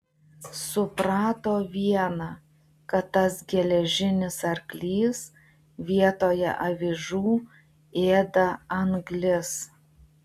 suprato viena kad tas geležinis arklys vietoje avižų ėda anglis